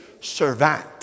servant